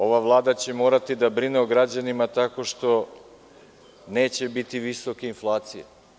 Ova Vlada će morati da brine o građanima tako što neće biti visoke inflacije.